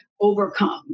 overcome